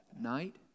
Night